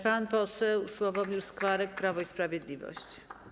Pan poseł Sławomir Skwarek, Prawo i Sprawiedliwość.